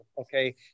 okay